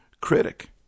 critic